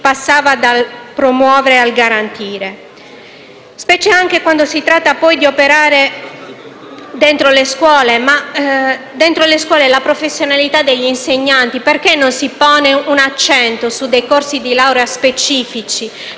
passare dal «promuovere» al «garantire. Specie quando si tratta di operare dentro le scuole, sul tema della professionalità degli insegnanti, perché non si pone un accento su corsi di laurea specifici?